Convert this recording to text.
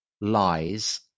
lies